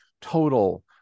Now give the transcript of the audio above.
total